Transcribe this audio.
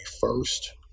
first